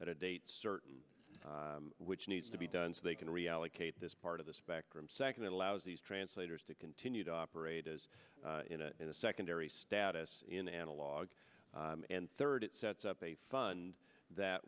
at a date certain which needs to be done so they can reallocate this part of the spectrum second that allows these translators to continue to operate as a secondary status in analog and third it sets up a fund that